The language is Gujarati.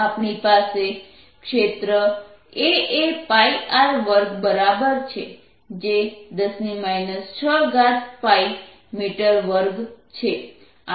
આપણી પાસે ક્ષેત્ર a એ πr2 બરાબર છે જે 10 6 π m2 છે